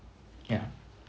yeah